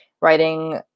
writing